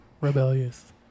Rebellious